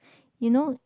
you know